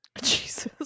Jesus